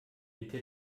bitte